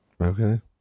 okay